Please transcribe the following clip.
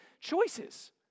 choices